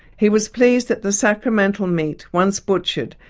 he was pleased that the sacramental meat, once butchered,